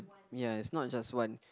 ya is not just one